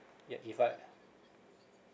yup if I